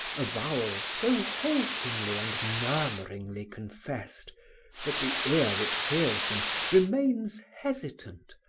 avowals so haltingly and murmuringly confessed that the ear which hears them remains hesitant,